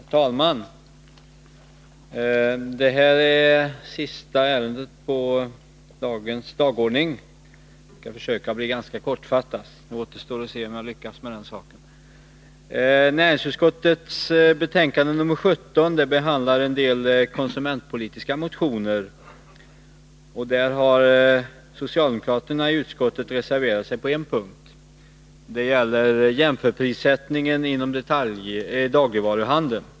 Herr talman! Detta är sista ärendet på dagens dagordning. Jag skall försöka att fatta mig kort. Det återstår att se om jag lyckas med den saken. Näringsutskottets betänkande 17 behandlar en del konsumentpolitiska motioner. Där har socialdemokraterna i utskottet reserverat sig på en punkt. Det gäller jämförprissättningen inom dagligvaruhandeln.